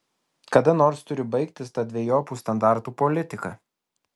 kada nors turi baigtis ta dvejopų standartų politika